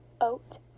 oat